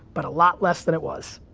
but a lot less than it was.